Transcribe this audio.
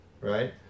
right